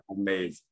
amazing